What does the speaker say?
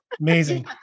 Amazing